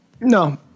no